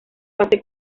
base